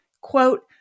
quote